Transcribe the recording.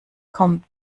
kommt